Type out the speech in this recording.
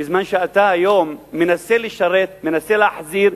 בזמן שאתה היום מנסה לשרת, מנסה להחזיר,